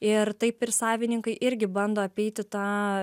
ir taip ir savininkai irgi bando apeiti tą